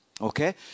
okay